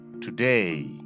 today